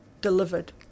delivered